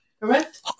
Correct